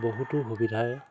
বহুতো সুবিধাই